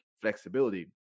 flexibility